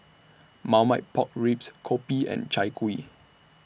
Marmite Pork Ribs Kopi and Chai Kuih